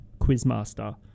Quizmaster